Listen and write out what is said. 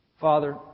Father